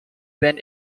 been